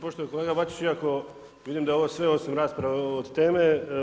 Poštovani kolega Bačić, iako je vidim da je ovo sve osim rasprave od teme.